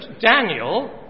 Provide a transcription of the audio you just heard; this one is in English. Daniel